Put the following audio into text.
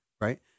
right